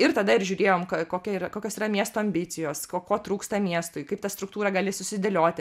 ir tada ir žiūrėjom kokia yra kokios yra miesto ambicijos ko trūksta miestui kaip tą struktūrą gali susidėlioti